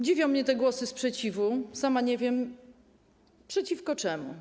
Dziwią mnie te głosy sprzeciwu - sama nie wiem przeciwko czemu.